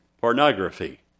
Pornography